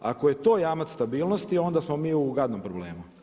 Ako je to jamac stabilnosti onda smo mi u gadnom problemu.